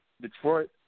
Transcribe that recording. Detroit